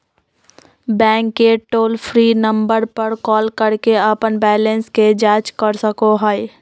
bank के toll free number पर call करके अपन बैलेंस के जांच कर सको हइ